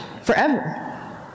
forever